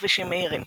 וכבישים מהירים